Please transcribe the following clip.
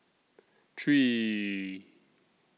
three